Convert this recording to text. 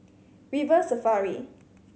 River Safari